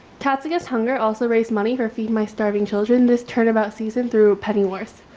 tasks against hunger also raise money for feed my starving children this turnabout season through petty wars,